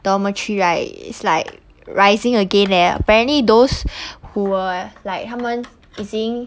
dormitory right it's like rising again leh apparently those who were like 他们已经